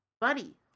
buddy